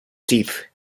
teeth